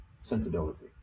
sensibility